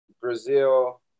brazil